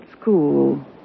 school